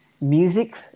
music